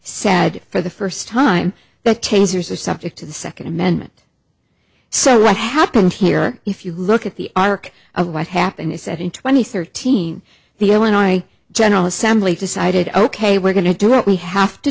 sad for the first time that tasers are subject to the second amendment so what happened here if you look at the arc of what happened is that in twenty thirty mm the illinois general assembly decided ok we're going to do what we have to